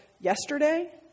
yesterday